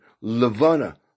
Levana